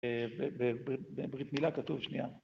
בברית מילה כתוב שנייה